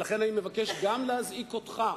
ולכן אני מבקש גם להזעיק אותך,